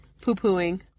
poo-pooing